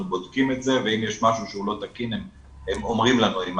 בודקים את זה ואם יש משהו שהוא לא תקין הם אומרים לנו.